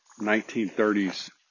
1930s